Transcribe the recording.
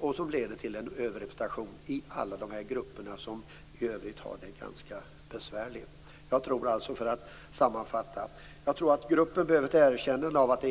Det leder till en överrepresentation i alla de här grupperna som i övrigt har det ganska besvärligt. Jag tror alltså, för att sammanfatta, att gruppen för det första behöver ett erkännande av att